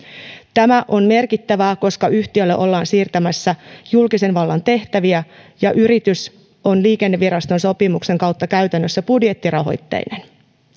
tämä on merkittävää koska yhtiölle ollaan siirtämässä julkisen vallan tehtäviä ja yritys on liikenneviraston sopimuksen kautta käytännössä budjettirahoitteinen